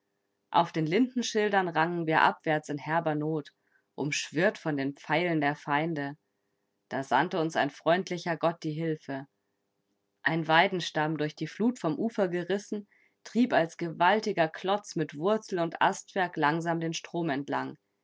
auf den lindenschilden rangen wir abwärts in herber not umschwirrt von den pfeilen der feinde da sandte uns ein freundlicher gott die hilfe ein weidenstamm durch die flut vom ufer gerissen trieb als gewaltiger klotz mit wurzel und astwerk langsam den strom entlang